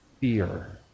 fear